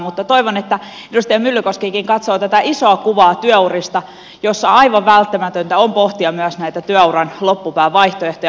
mutta toivon että edustaja myllykoskikin katsoo tätä isoa kuvaa työurista jossa aivan välttämätöntä on pohtia myös näitä työuran loppupään vaihtoehtoja